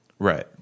Right